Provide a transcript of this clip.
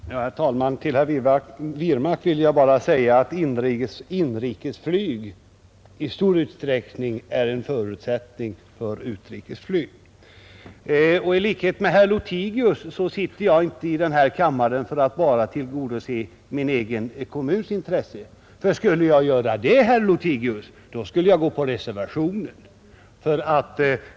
Herr talman! Till herr Wirmark vill jag bara säga att inrikesflyg i stor utsträckning är en förutsättning för utrikesflyg. I likhet med herr Lothigius sitter jag inte i denna kammare bara för att tillgodose min egen kommuns intressen. Skulle jag göra detta, herr Lothigius, skulle jag biträda reservationen.